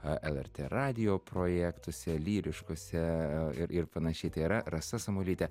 lrt radijo projektuose lyriškuose ir ir panašiai tai yra rasa samuolytė